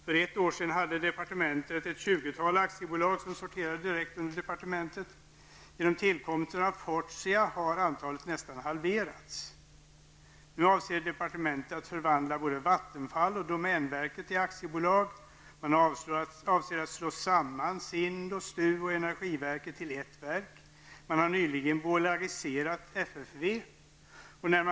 För ett år sedan hade departementet ett 20-tal aktiebolag som sorterade direkt under departementet. Genom tillkomsten av Fortia har antalet aktiebolag nästan halverats. Nu avser departementet att förvandla både vattenfall och domänverket till aktiebolag. Man avser att slå samman Sind, STU och energiverket till ett verk, och nyligen har FFV bolagiserats.